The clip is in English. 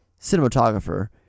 cinematographer